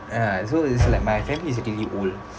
ya so it's like my family is really old